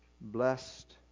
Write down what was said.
Blessed